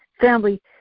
family